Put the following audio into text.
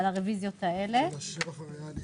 על מס השבח הריאלי.